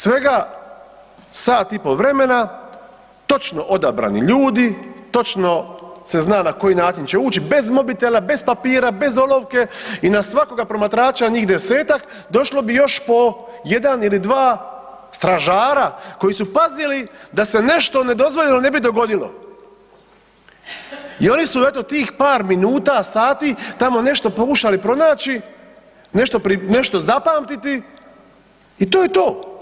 Svega sat i pol vremena, točno odabrani ljudi, točno se zna na koji način će ući, bez mobitela, bez papira, bez olovke i na svakoga promatrača njih desetak, došli bi još po jedan ili dva stražara koji su pazili da se nešto nedozvoljeno ne bi dogodilo i oni su eto tih par minuta, sati tamo nešto pokušali pronaći, nešto zapamtiti i to je to.